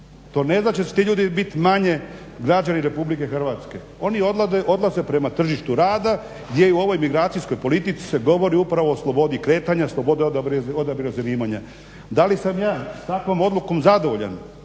To ne znači da će ti ljudi biti manje građani RH. oni odlaze prema tržištu rada gdje u ovom migracijskoj politici se govori upravo o slobodi kretanja, sloboda odabira zanimanja. Da li sam ja s takvom odlukom zadovoljan?